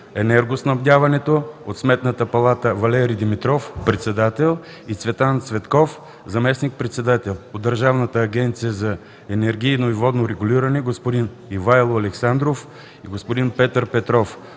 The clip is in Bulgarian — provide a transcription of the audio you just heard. енергоснабдяването“, от Сметната палата – Валери Димитров, председател, и Цветан Цветков – заместник-председател, от Държавната агенция за енергийно и водно регулиране господин Ивайло Александров и господин Петър Петров,